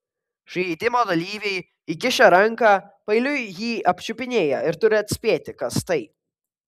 žaidimo dalyviai įkišę ranką paeiliui jį apčiupinėja ir turi atspėti kas tai